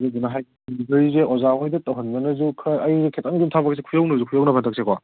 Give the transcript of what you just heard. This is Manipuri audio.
ꯑꯗꯨꯗꯨꯅ ꯍꯥꯏꯗꯤ ꯗꯤꯂꯤꯕꯔꯤꯁꯦ ꯑꯣꯖꯥꯍꯣꯏꯗ ꯇꯧꯍꯟꯕꯅꯁꯨ ꯈꯔ ꯑꯩꯗꯤ ꯈꯤꯇꯪꯗꯤ ꯊꯕꯛꯁꯦ ꯈꯨꯌꯧꯅꯁꯨ ꯈꯨꯌꯧꯅꯕ ꯍꯟꯗꯛꯁꯦꯀꯣ